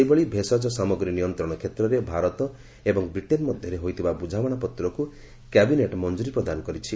ସେହିଭଳି ଭେଷଜ ସାମଗ୍ରୀ ନିୟନ୍ତ୍ରଣ କ୍ଷେତ୍ରରେ ଭାରତ ଏବଂ ବ୍ରିଟେନ୍ ମଧ୍ୟରେ ହୋଇଥିବା ବୁଝାମଣାପତ୍ରକୁ କ୍ୟାବିନେଟ୍ ମଞ୍ଜୁରୀ ପ୍ରଦାନ କରିଛି